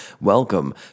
Welcome